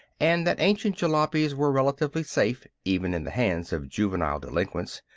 and that ancient jalopies were relatively safe even in the hands of juvenile delinquents.